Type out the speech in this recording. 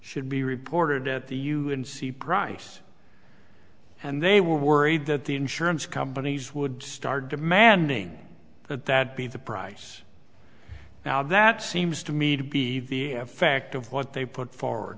should be reported at the u n c price and they were worried that the insurance companies would start demanding that that be the price now that seems to me to be the effect of what they put forward